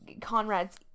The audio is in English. conrad's